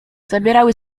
zabierały